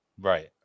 Right